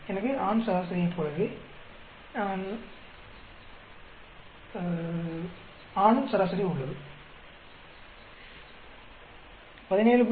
எனவே ஆண் சராசரியைப் போலவே ஆண் சராசரி உள்ளது 17